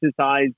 exercise